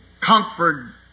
Comfort